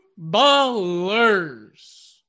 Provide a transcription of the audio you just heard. Ballers